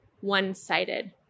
one-sided